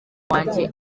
wanjye